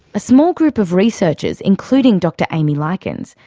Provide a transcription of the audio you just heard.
a small group of researchers, including dr amy lykins,